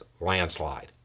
landslide